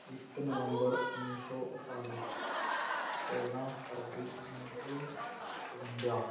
ਇੱਕ ਨਵੰਬਰ ਉੱਨੀ ਸੌ ਅਠਤਾਲੀ ਚੌਦ੍ਹਾਂ ਫਰਵਰੀ ਉੱਨੀ